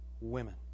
women